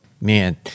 Man